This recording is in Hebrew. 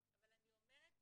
אבל אני אומרת,